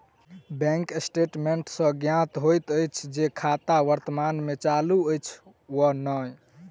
bank statement सॅ ज्ञात होइत अछि जे खाता वर्तमान मे चालू अछि वा नै